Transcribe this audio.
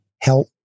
help